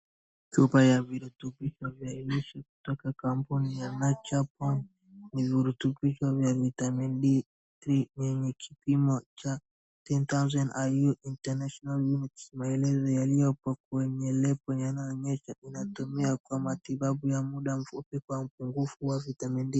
Chupa ya virutubisho vya lishe kutoka kampuni ya nature's bounty ni virutubisho vya vitamina D3 vyenye kipimo cha 10,000iu international units maelezo yaliyo kwenye lebo yanaonyesha inatumia kwa matibabu ya muda mfupi kwa upungufu wa vitamin D .